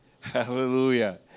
Hallelujah